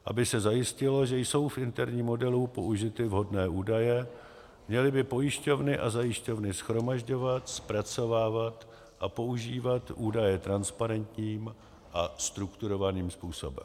Aby se zajistilo, že jsou v interním modelu použity vhodné údaje, měly by pojišťovny a zajišťovny shromažďovat, zpracovávat a používat údaje transparentním a strukturovaným způsobem.